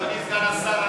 אדוני סגן השר,